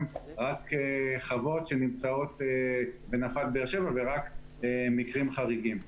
רק חוות שנמצאות בנפת באר שבע ורק מקרים חריגים.